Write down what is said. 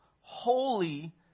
holy